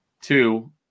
Two